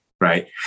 right